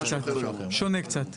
שונה קצת.